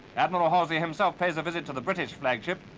admiral halsey, himself pays a visit to the british flagship.